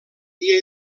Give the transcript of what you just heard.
dia